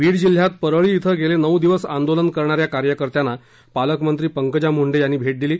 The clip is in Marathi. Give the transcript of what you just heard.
बीड जिल्ह्यात परळी क्विं गेले नऊ दिवस आंदोलन करणा या कार्यकर्त्यांना पालकमंत्री पंकजा मुंडे यांनी भेट दिली